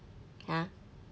ya